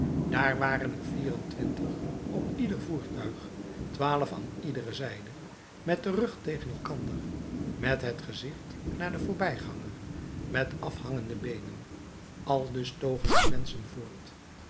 daar waren er vier-en-twintig op ieder voertuig twaalf aan iedere zijde met den rug tegen elkander met het gezicht naar den voorbijganger met afhangende beenen aldus togen die menschen voort